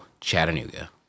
Chattanooga